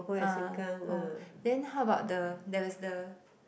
uh oh then how about the there is the